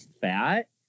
fat